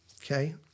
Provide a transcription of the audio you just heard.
okay